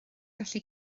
gallu